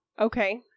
Okay